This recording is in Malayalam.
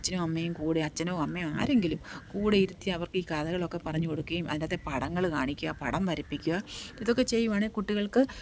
അച്ഛനും അമ്മയും കൂടെ അച്ഛനോ അമ്മയോ ആരെങ്കിലും കൂടെ ഇരുത്തി അവർക്കീ കഥകളൊക്കെ പറഞ്ഞുകൊടുക്കുകയും അതിൻറ്റകത്തെ പടങ്ങള് കാണിക്കുക ആ പടം വരപ്പിക്കുക ഇതൊക്കെ ചെയ്യുവാണെങ്കില് കുട്ടികൾക്ക്